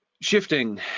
shifting